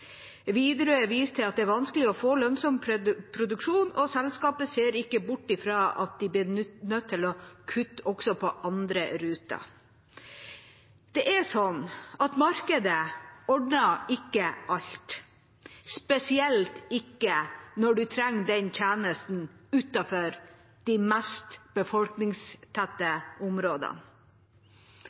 Widerøe viser til at det er vanskelig å få lønnsom produksjon, og selskapet ser ikke bort fra at de blir nødt til å kutte også på andre ruter. Markedet ordner ikke alt, spesielt ikke når man trenger tjenesten utenfor de mest befolkningstette områdene